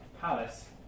Palace